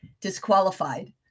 disqualified